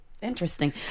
Interesting